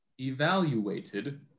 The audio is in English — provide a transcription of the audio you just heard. evaluated